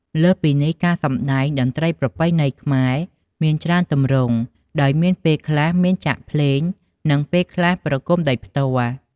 លើសពីនេះ ការសំដែងតន្រ្តីប្រពៃណីខ្មែរ មានច្រើនទម្រង់ដោយមានពេលខ្លះមានចាក់ភ្លេង និងពេលខ្លះលេងប្រគុំដោយផ្ទាល់។